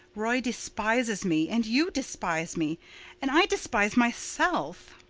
roy despises me and you despise me and i despise myself.